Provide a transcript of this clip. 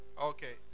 Okay